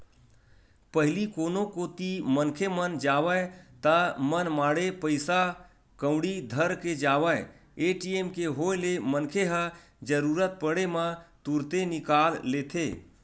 पहिली कोनो कोती मनखे मन जावय ता मनमाड़े पइसा कउड़ी धर के जावय ए.टी.एम के होय ले मनखे ह जरुरत पड़े म तुरते निकाल लेथे